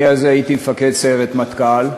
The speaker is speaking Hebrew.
אני אז הייתי מפקד סיירת מטכ"ל.